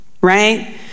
Right